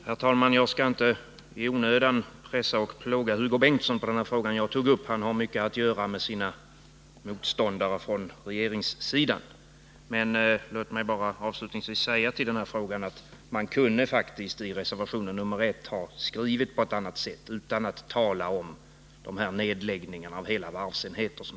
Herr talman! Jag skall inte i onödan pressa och plåga Hugo Bengtsson när det gäller den fråga jag tog upp — han har mycket att göra med sina motståndare från regeringssidan. Låt mig bara avslutningsvis i den frågan säga att man faktiskt i reservation 1 kunde ha skrivit på ett annat sätt och låtit bli att tala om nedläggningar av hela varvsenheter.